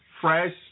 fresh